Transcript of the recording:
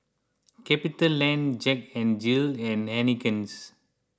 CapitaLand Jack N Jill and Heinekein's